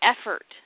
effort